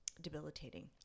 debilitating